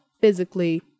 physically